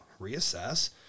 reassess